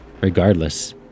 Regardless